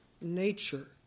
nature